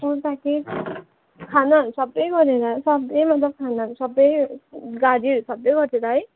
whole package खानाहरू सबै गरेर सबै मतलब खानाहरू सबै गाडीहरू सबै गरेर है